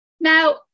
now